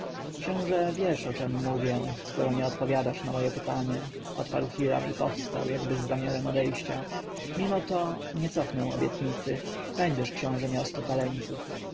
książę wiesz o czem mówię skoro nie odpowiadasz na moje pytanie odparł hiram i powstał jakby z zamiarem odejścia mimo to nie cofnę obietnicy będziesz książę miał sto talentów